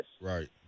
Right